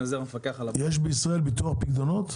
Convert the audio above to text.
אני עוזר מפקח על --- יש בישראל ביטוח פקדונות?